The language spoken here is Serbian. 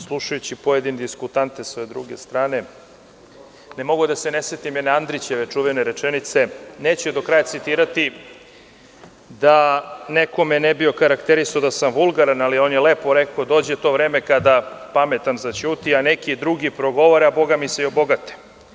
Slušajući pojedine diskutante sa ove druge strane, ne mogu da se ne setim jedne Andrićeve čuvene rečenice, neću je do kraja citirati da me neko ne bi okarakterisao da sam vulgaran, ali on je lepo rekao - dođe to vreme kada pametan zaćuti, a neki drugi progovore, a boga mi se i obogate.